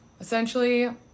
Essentially